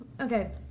Okay